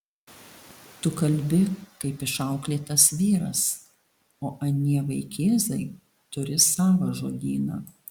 tu kalbi kaip išauklėtas vyras o anie vaikėzai turi savą žodyną